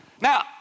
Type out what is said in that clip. Now